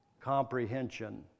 comprehension